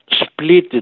split